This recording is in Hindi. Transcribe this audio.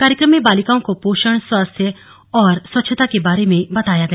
कार्यक्रम में बालिकाओं को पोषण स्वास्थ्य और स्वच्छता के बारे में बताया गया